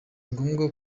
ngombwa